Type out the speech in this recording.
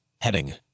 Heading